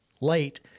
late